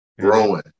growing